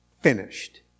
finished